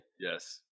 yes